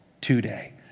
today